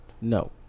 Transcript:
No